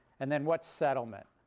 and then what's settlement?